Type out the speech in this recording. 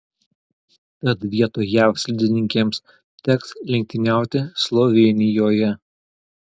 tad vietoj jav slidininkėms teks lenktyniauti slovėnijoje